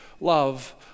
love